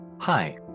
Hi